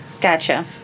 Gotcha